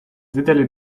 didelį